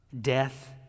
death